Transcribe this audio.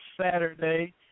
Saturday